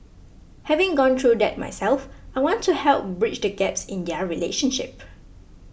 having gone through that myself I want to help bridge the gaps in their relationship